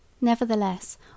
Nevertheless